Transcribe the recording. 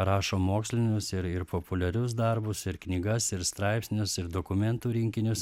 rašom mokslinius ir ir populiarius darbus ir knygas ir straipsnius ir dokumentų rinkinius